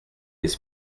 état